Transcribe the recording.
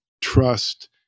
trust